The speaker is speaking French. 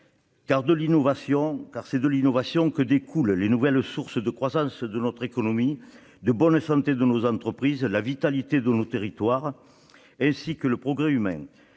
en effet de l'innovation que découlent les nouvelles sources de croissance de notre économie, la bonne santé de nos entreprises, la vitalité de nos territoires et le progrès humain.